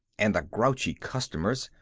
and the grouchy customers,